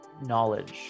knowledge